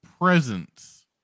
presence